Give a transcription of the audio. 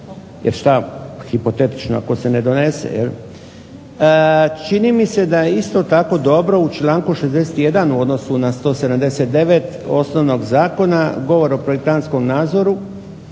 Jer šta hipotetično ako se ne donese. Čini mi se da je isto tako dobro u članku 61. u odnosu na 179. osnovnog zakona govori o projektantskom nadzoru